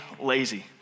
lazy